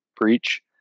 preach